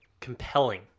compelling